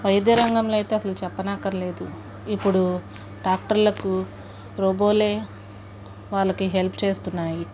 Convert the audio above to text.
వైద్య రంగంలో అయితే అసలు చెప్పనక్కర్లేదు ఇప్పుడు డాక్టర్లకు రోబోలు వాళ్ళకి హెల్ప్ చేస్తున్నాయి